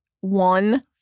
one